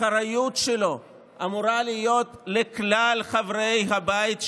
האחריות שלו אמורה להיות על כלל חברי הבית שלו.